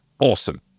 awesome